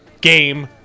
game